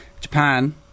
Japan